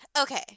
Okay